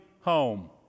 home